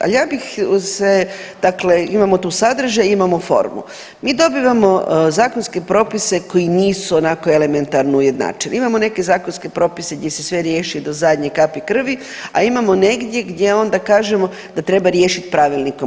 Ali ja bih se dakle imamo tu sadržaj, imamo formu, mi dobivamo zakonske propise koji nisu onako elementarno ujednačeni, imamo neke zakonske propise gdje se sve riješi do zadnje kapi krvi, a imamo negdje gdje onda kažemo da treba riješiti pravilnikom.